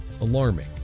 Alarming